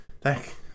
thank